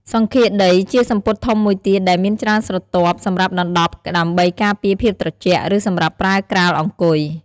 សង្ឃាដីជាសំពត់ធំមួយទៀតដែលមានច្រើនស្រទាប់ សម្រាប់ដណ្ដប់ដើម្បីការពារភាពត្រជាក់ ឬសម្រាប់ប្រើក្រាលអង្គុយ។